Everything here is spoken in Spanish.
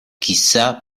quizá